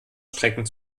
strecken